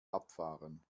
abfahren